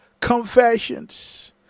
confessions